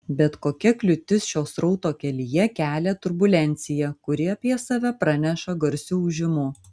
bet kokia kliūtis šio srauto kelyje kelia turbulenciją kuri apie save praneša garsiu ūžimu